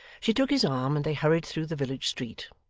she took his arm and they hurried through the village street.